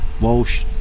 Walsh